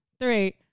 three